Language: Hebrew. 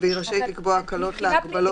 "והיא רשאית לקבוע הקלות להגבלות כאמור".